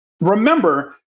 remember